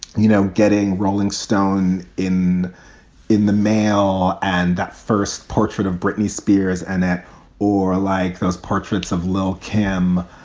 you know, getting rolling stone in in the mail and that first portrait of britney spears and that or like those portraits of lil kim.